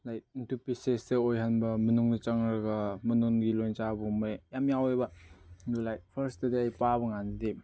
like into ꯄꯤꯁꯦꯁꯇ ꯑꯣꯏꯍꯟꯕ ꯃꯅꯨꯡꯗ ꯆꯪꯉꯒ ꯃꯅꯨꯡꯒꯤ ꯂꯣꯏ ꯆꯥꯕꯒꯨꯝꯕ ꯌꯥꯝ ꯌꯥꯎꯋꯦꯕ ꯑꯗꯨ ꯂꯥꯏꯛ ꯐꯥꯔꯁꯇꯗꯤ ꯑꯩ ꯄꯥꯕꯀꯥꯟꯗꯗꯤ